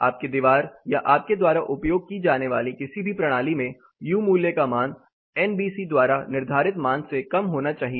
आपकी दीवार या आपके द्वारा उपयोग की जाने वाली किसी भी प्रणाली में यू मूल्य का मान एनबीसी द्वारा निर्धारित मान से कम होना चाहिए